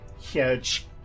Huge